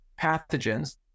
pathogens